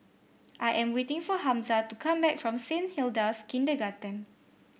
I am waiting for Hamza to come back from Saint Hilda's Kindergarten